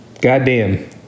goddamn